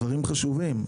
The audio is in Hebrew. הדברים חשובים,